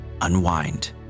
Unwind